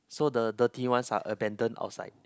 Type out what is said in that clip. so the dirty ones are abandoned outside